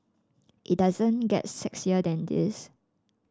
it doesn't get sexier than this